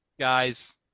Guys